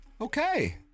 okay